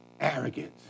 arrogance